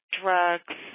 drugs